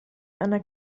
einer